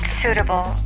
suitable